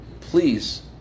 please